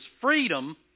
freedom